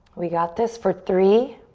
we got this for three.